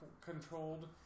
controlled